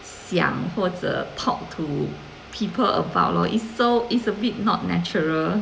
想或者 talk to people about lor it's so it's a bit not natural